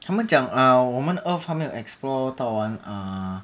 他们讲 uh 我们 earth 还没有 explore 到完 uh